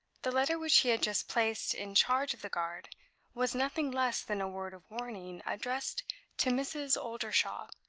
the letter which he had just placed in charge of the guard was nothing less than a word of warning addressed to mrs. oldershaw,